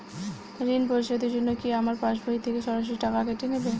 ঋণ পরিশোধের জন্য কি আমার পাশবই থেকে সরাসরি টাকা কেটে নেবে?